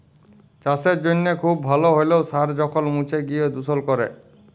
চাসের জনহে খুব ভাল হ্যলেও সার যখল মুছে গিয় দুষল ক্যরে